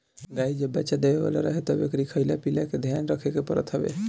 गाई जब बच्चा देवे वाला रहे तब एकरी खाईला पियला के ध्यान रखे के पड़त हवे